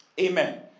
Amen